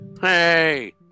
hey